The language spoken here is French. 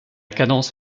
cadence